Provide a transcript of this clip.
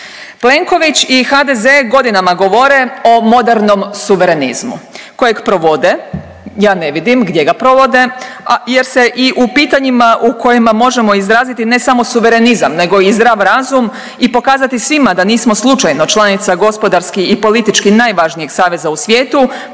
Plenković i HDZ godinama govore o modernom suverenizmu kojeg provode. Ja ne vidim gdje ga provode, jer se i u pitanjima u kojima možemo izraziti ne samo suverenizam nego i zdrav razum i pokazati svima da nismo slučajno članica gospodarski i politički najvažnijeg saveza u svijetu.